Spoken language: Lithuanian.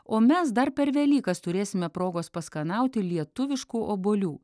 o mes dar per velykas turėsime progos paskanauti lietuviškų obuolių